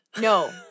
No